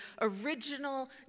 original